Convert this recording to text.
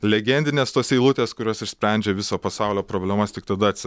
legendinės tos eilutės kurios išsprendžia viso pasaulio problemas tik tada atsi